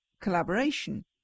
collaboration